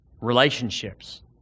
Relationships